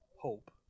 hope